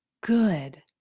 good